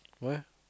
why